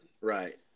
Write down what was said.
Right